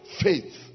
faith